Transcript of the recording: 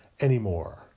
anymore